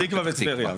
פתח תקווה וטבריה.